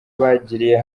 bagiriye